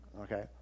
okay